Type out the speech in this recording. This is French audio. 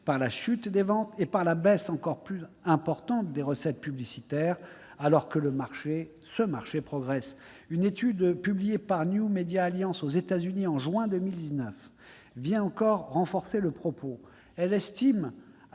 par la chute des ventes et par la baisse encore plus importante des recettes publicitaires, alors que ce marché progresse ! Une étude publiée par aux États-Unis en juin dernier vient encore renforcer le propos. Elle estime